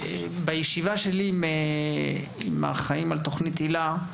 בישיבה שלי עם האחראים על תוכנית היל"ה,